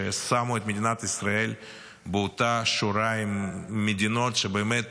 ששמו את מדינת ישראל באותה שורה עם מדינות שבאמת